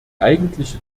eigentliche